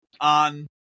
on